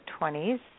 20s